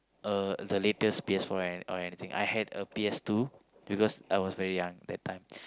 uh the latest P_S or anything I had a P_S two because I was very young that time